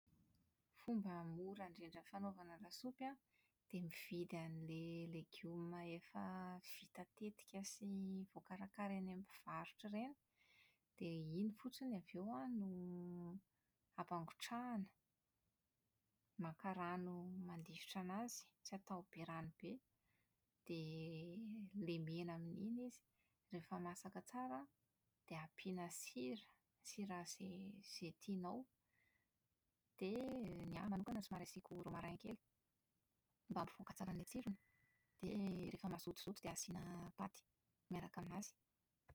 Fomba mora indrindra fanaovana lasopy an, dia mividy an'ilay legioma efa vita tetika sy voakarakara eny amin'ny mpivarotra ireny, dia iny fotsiny avy eo an no ampagotrahina. Maka rano mandifotra anazy, tsy atao be rano be, dia lemena amin'iny izy. Rehefa masaka tsara an, dia ampiana sira, sira izay izay tianao. Dia ny ahy manokana somary asiako romarin kely mba hampivoaka tsara an'ilay tsirony, dia rehefa mazotozoto dia asiana paty miaraka aminazy.